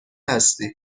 هستی